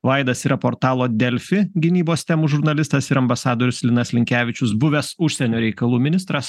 vaidas yra portalo delfi gynybos temų žurnalistas ir ambasadorius linas linkevičius buvęs užsienio reikalų ministras